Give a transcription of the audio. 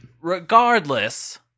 Regardless